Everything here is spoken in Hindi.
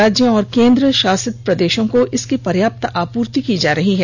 राज्यों और केन्द्रशासित प्रदेशों को इसकी पर्याप्त आपूर्ति की जा रही हैं